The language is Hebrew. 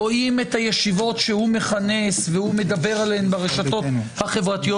רואים את הישיבות שהוא מכנס והוא מדבר עליהן ברשתות החברתיות.